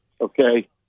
okay